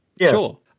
Sure